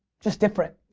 just different.